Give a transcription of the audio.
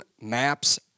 maps